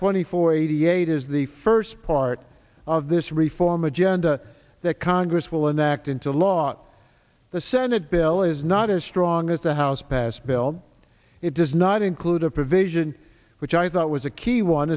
twenty four eighty eight is the first part of this reform agenda that congress will enact into a lot the senate bill is not as strong as the house passed bill it does not include a provision which i thought was a key one